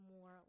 more